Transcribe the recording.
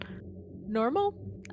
normal